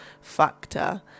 factor